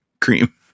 cream